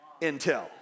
intel